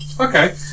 okay